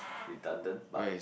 redundant but